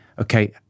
okay